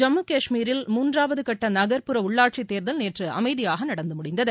ஜம்மு கஷ்மீரில் மூன்றாவது கட்ட நகர்ப்புற உள்ளாட்சித் தேர்தல் நேற்று அமைதியாக நடந்து முடிந்தது